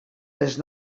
les